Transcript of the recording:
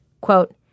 Quote